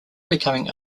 becoming